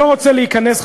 אני לא רוצה להיכנס,